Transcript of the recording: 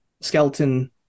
Skeleton